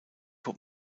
hop